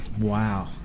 wow